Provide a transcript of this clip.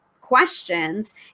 questions